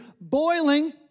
boiling